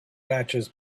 batches